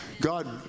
God